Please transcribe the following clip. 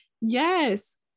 Yes